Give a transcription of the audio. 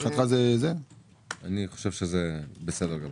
אני חושב שזה בסדר גמור.